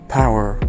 power